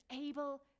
able